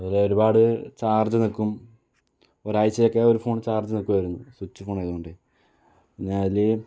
അതുപോലെ ഒരുപാട് ചാർജ് നിൽക്കും ഒരാഴ്ചയൊക്കെ ഒരു ഫോൺ ചാർജ് നിൽക്കുമായിരുന്നു സ്വിച്ച് ഫോൺ ആയതുകൊണ്ട് പിന്നെ അതിൽ